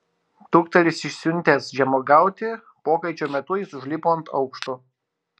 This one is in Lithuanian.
dukteris išsiuntęs žemuogiauti pokaičio metu jis užlipo ant aukšto